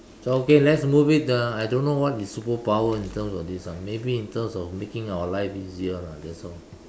so okay let's move it uh I don't what is superpower in terms of this ah maybe in terms of making our lives easier lah that's all